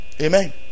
Amen